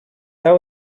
that